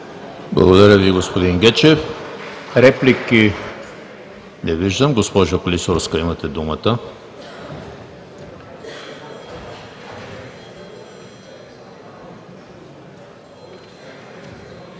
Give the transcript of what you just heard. Благодаря Ви, господин Гечев. Реплики? Не виждам. Госпожо Клисурска, имате думата.